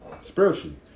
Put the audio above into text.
Spiritually